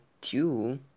two